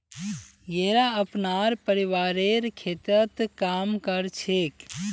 येरा अपनार परिवारेर खेततत् काम कर छेक